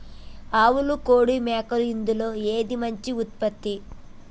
ఆవులు కోడి మేకలు ఇందులో ఏది మంచి ఉత్పత్తి?